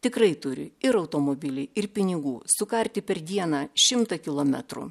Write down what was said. tikrai turi ir automobilį ir pinigų sukarti per dieną šimtą kilometrų